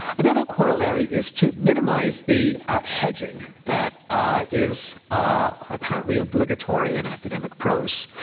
another corollary is to minimise the hedging that is apparently obligatory in academic prose.